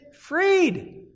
freed